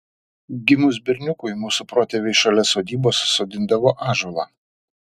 gimus berniukui mūsų protėviai šalia sodybos sodindavo ąžuolą